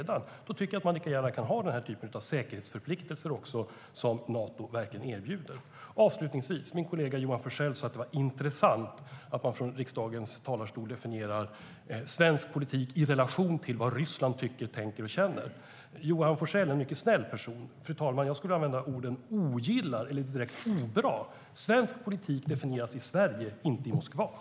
Då kan man lika gärna ha den typ av säkerhetsförpliktelser som Nato erbjuder.